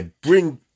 bring